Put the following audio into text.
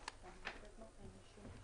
מחדש את ישיבת